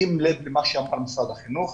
שים לב מה אמר משרד החינוך